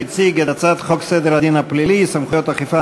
שהציג את הצעת חוק סדר הדין הפלילי (סמכויות אכיפה,